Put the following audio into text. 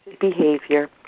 behavior